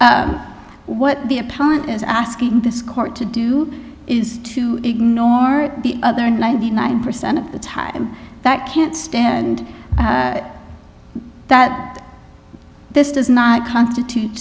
what the opponent is asking this court to do is to ignore the other ninety nine percent of the time that can't stand that this does not constitute